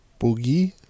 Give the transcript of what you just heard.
boogie